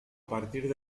partir